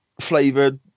flavored